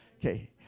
Okay